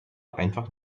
einfach